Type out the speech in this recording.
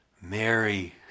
Mary